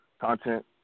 content